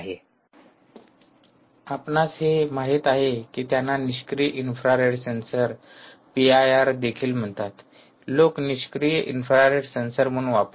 आणि आपणास हे माहित आहे की त्यांना निष्क्रीय infrared sensor P I R देखील म्हणतात लोक निष्क्रीय इन्फ्रारेड सेन्सर म्हणून वापरतात